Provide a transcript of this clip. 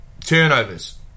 Turnovers